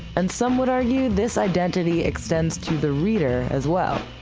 and somewhat are you, this identity extends to the reader as well.